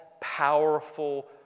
powerful